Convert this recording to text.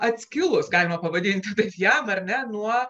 atskilus galima pavadinti taip jam ar ne nuo